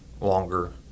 longer